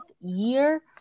year